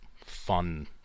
fun